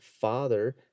Father